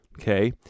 okay